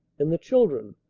and the children,